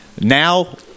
Now